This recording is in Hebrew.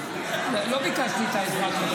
--- לא ביקשתי את העזרה שלך.